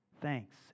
thanks